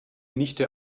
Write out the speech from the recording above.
nichte